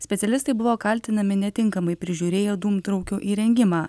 specialistai buvo kaltinami netinkamai prižiūrėjo dūmtraukio įrengimą